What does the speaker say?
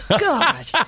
God